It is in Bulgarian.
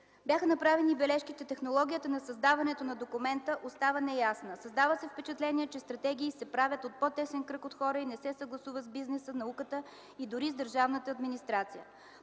Бяха направени бележки, че технологията на създаването на документа остава неясна. Създава се впечатление, че стратегии се правят от по-тесен характер от хора и не се съгласуват с бизнеса, науката и дори с държавната администрация.